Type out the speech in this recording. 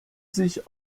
sich